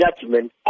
judgment